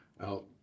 out